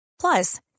Plus